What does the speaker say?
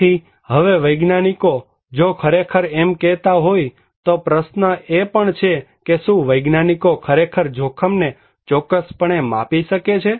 તેથી હવે વૈજ્ઞાનિકો જો ખરેખર એમ કહેતા હોય તો પ્રશ્ન એ પણ છે કે શું વૈજ્ઞાનિકો ખરેખર જોખમને ચોક્કસપણે માપી શકે છે